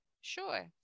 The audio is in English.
Sure